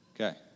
Okay